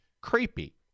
creepy